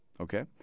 Okay